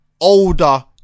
older